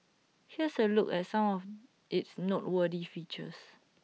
here's A look at some of its noteworthy features